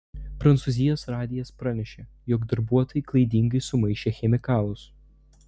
prancūzijos radijas pranešė jog darbuotojai klaidingai sumaišė chemikalus